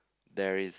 there is